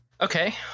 okay